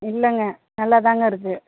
இல்லைங்க நல்லா தாங்க இருக்குது